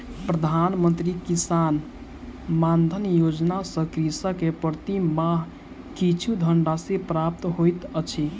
प्रधान मंत्री किसान मानधन योजना सॅ कृषक के प्रति माह किछु धनराशि प्राप्त होइत अछि